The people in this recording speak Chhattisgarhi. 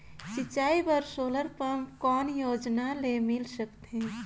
सिंचाई बर सोलर पम्प कौन योजना ले मिल सकथे?